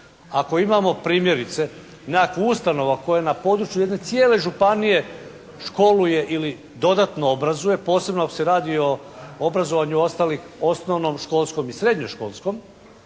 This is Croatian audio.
ako imamo primjerice nekakvu ustanovu koja je na području jedne cijele županije školuje i dodatno obrazuje, posebno ako se radi o obrazovanju ostalih osnovnom, školskom i srednje školskom